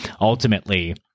ultimately